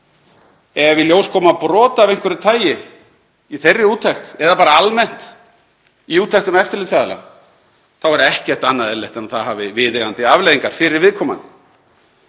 Ef í ljós koma brot af einhverju tagi í þeirri úttekt, eða almennt í úttektum eftirlitsaðila, þá er ekkert annað eðlilegt en að það hafi viðeigandi afleiðingar fyrir viðkomandi.